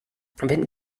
wenn